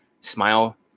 smile